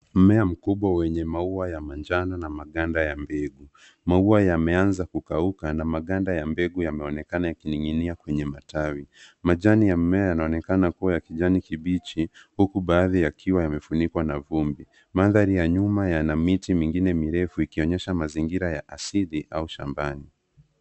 Mmea mkubwa wenye maua ya manjano na maganda ya mbegu. Maua yameanza kukauka na maganda ya mbegu yameonekana yakining'inia kwenye matawi. Majani ya mmea yanaonekana kuwa ya kijani kibichi huku baadhi yakiwa yamefunikwa na vumbi. Mandhari ya nyuma yana miti mingine mirefu ikionyesha mazingira ya asili au shambani.